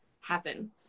happen